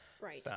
Right